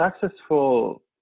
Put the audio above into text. successful